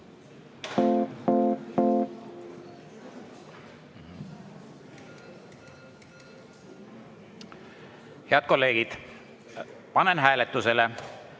Head kolleegid, panen hääletusele